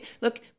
Look